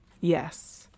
yes